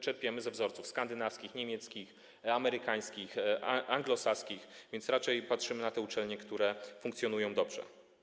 Czerpiemy ze wzorców skandynawskich, niemieckich, amerykańskich, anglosaskich, więc raczej patrzymy na uczelnie, które funkcjonują dobrze.